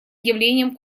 явлением